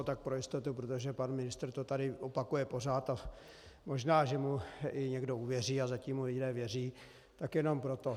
Tak pro jistotu, protože pan ministr to tady opakuje pořád a možná, že mu někdo uvěří a zatím mu lidé věří, tak jenom proto.